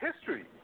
history